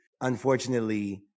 Unfortunately